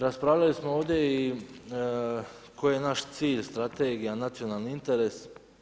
Raspravljali smo ovdje koji je naš cilj, strategije, nacionalni interes.